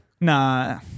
Nah